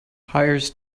hires